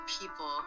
people